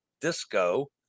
disco